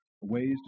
ways